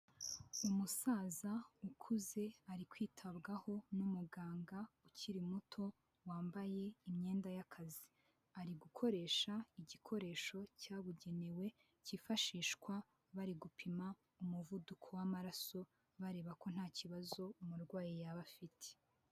Umusaza ukuze ari kwitabwaho n'umuganga ukiri muto, wambaye imyenda y'akazi. Ari gukoresha igikoresho cyabugenewe cyifashishwa bari gupima umuvuduko w'amaraso, bareba ko nta kibazo umurwayi yaba afite.